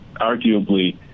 arguably